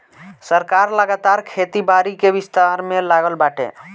सरकार लगातार खेती बारी के विस्तार में लागल बाटे